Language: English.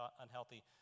unhealthy